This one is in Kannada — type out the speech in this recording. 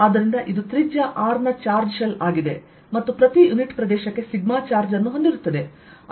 ಆದ್ದರಿಂದ ಇದು ತ್ರಿಜ್ಯ R ನ ಚಾರ್ಜ್ ಶೆಲ್ ಆಗಿದೆ ಮತ್ತು ಪ್ರತಿ ಯುನಿಟ್ ಪ್ರದೇಶಕ್ಕೆ ಸಿಗ್ಮಾ ಚಾರ್ಜ್ ಅನ್ನು ಹೊಂದಿರುತ್ತದೆ